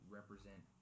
represent